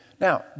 Now